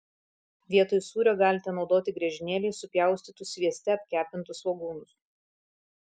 vietoj sūrio galite naudoti griežinėliais supjaustytus svieste apkepintus svogūnus